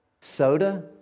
soda